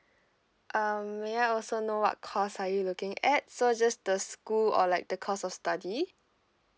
um may I also know what course are you looking at so just the school or like the course of study